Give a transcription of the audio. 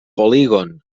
polígon